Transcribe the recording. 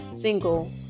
single